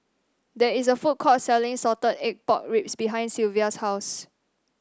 there is a food court selling Salted Egg Pork Ribs behind Sylvia's house